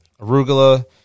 arugula